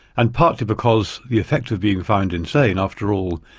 and partly because the effect of being found insane after all,